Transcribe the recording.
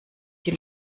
die